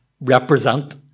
represent